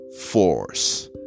Force